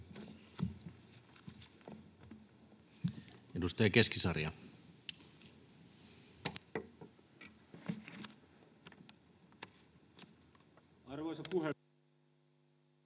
Edustaja Keskisarja. Arvoisa puhemies!